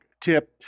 tip